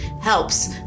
helps